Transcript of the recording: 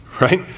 right